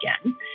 again